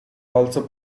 also